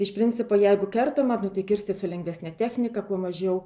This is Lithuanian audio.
iš principo jeigu kertama nu tai kirsti su lengvesne technika kuo mažiau